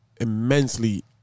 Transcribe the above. Immensely